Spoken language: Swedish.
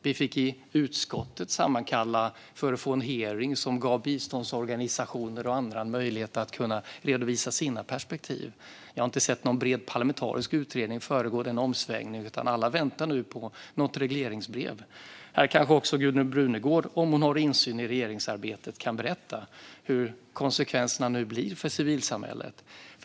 Vi fick sammankalla i utskottet för att få en hearing som gav biståndsorganisationer och andra möjlighet att redovisa sina perspektiv. Jag har inte sett någon bred parlamentarisk utredning föregå denna omsvängning, utan alla väntar nu på något regleringsbrev. Här kanske också Gudrun Brunegård, om hon har insyn i regeringsarbetet, kan berätta vad konsekvenserna nu blir för civilsamhället.